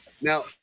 Now